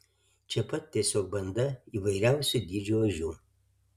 čia pat tiesiog banda įvairiausių dydžių ožių